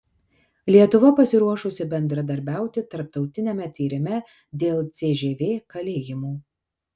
lietuva pasiruošusi bendradarbiauti tarptautiniame tyrime dėl cžv kalėjimų